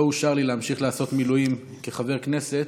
לא אושר לי להמשיך לעשות מילואים כחבר כנסת,